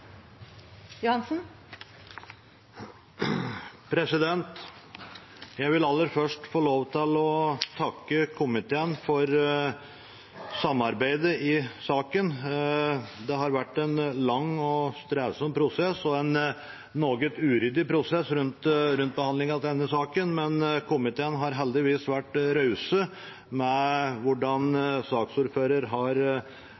Jeg vil aller først få lov til å takke komiteen for samarbeidet i saken. Det har vært en lang og strevsom prosess og noe uryddighet rundt behandlingen av denne saken, men komiteen har heldigvis vært raus med